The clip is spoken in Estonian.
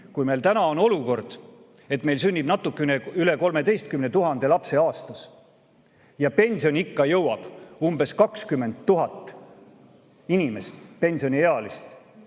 Kui meil täna on olukord, et meil sünnib natukene üle 13 000 lapse aastas ja pensioniikka jõuab umbes 20 000 inimest, siis